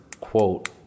quote